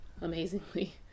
amazingly